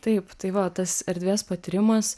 taip tai va tas erdvės patyrimas